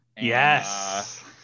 Yes